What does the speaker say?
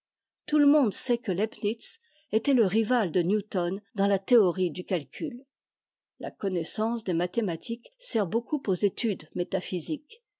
tout le monde sait que leibnitz était le rival de newton dans la théorie du calcul la connaissance des mathématiques sert beaucoup aux études métaphysiques